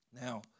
Now